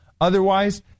Otherwise